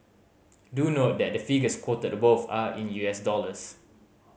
do note that the figures quoted above are in U S dollars